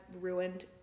ruined